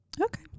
Okay